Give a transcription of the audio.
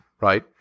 right